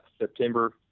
September